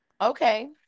Okay